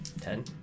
Ten